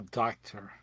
doctor